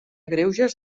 greuges